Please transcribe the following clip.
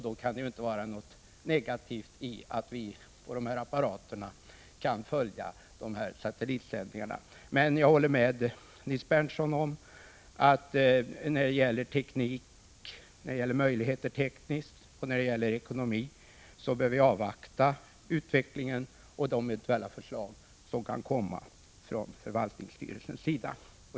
Då kan det inte vara något negativt att vi kan följa dessa satellitsändningar. Men jag håller med Nils Berndtson om att vi när det gäller tekniska och ekonomiska möjligheter bör avvakta utvecklingen och de eventuella förslag som kan komma från förvaltningsstyrelsen.